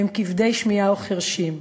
והם כבדי שמיעה או חירשים,